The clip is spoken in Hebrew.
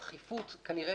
הדחיפות כנראה